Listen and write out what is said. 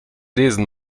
lesen